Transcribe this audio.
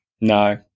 No